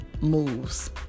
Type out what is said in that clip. moves